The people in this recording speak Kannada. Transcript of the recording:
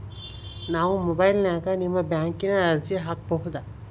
ನಾವು ಮೊಬೈಲಿನ್ಯಾಗ ನಿಮ್ಮ ಬ್ಯಾಂಕಿನ ಅರ್ಜಿ ಹಾಕೊಬಹುದಾ?